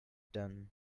done